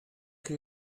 chi